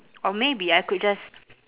or maybe I could just